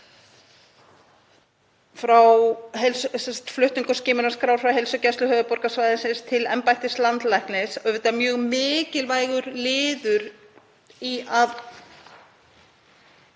þ.e. flutningur skimunarskrár frá Heilsugæslu höfuðborgarsvæðisins til embættis landlæknis, auðvitað mjög mikilvægur liður í að